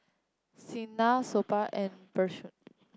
Saina Suppiah and Peyush